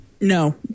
no